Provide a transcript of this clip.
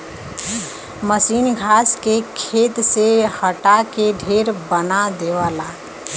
मसीन घास के खेत से हटा के ढेर बना देवला